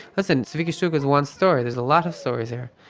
listen, tzviki strouk is one story, there's a lot of stories here.